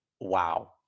wow